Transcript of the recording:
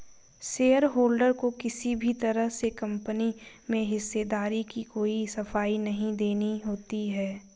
shareholder को किसी भी तरह से कम्पनी में हिस्सेदारी की कोई सफाई नहीं देनी होती है